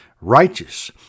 righteous